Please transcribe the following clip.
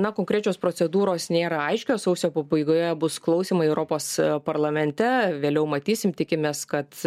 na konkrečios procedūros nėra aiškios sausio pabaigoje bus klausymai europos parlamente vėliau matysim tikimės kad